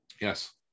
yes